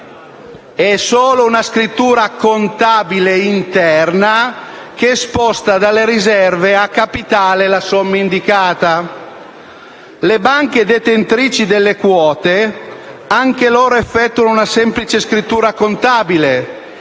È solo una scrittura contabile interna, che sposta dalle riserve a capitale la somma indicata. Anche le banche detentrici delle quote effettuano una semplice scrittura contabile